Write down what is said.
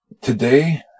Today